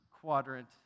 quadrant